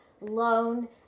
loan